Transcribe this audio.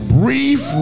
brief